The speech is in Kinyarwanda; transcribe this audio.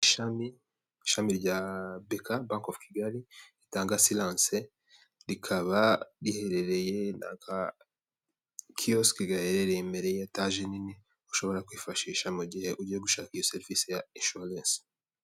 Ishami ishami rya Beka banki kigali ritanga silanse, rikaba riherereye na ka kiyosike gaherereye imbereye ya etaje nini ushobora kwifashisha mu gihe ugiye gushaka iyi serivisi ya inshuwarensi.